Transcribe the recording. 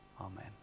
Amen